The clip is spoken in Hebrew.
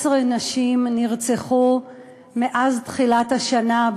17 נשים נרצחו מאז תחילת השנה,